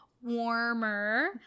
warmer